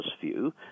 view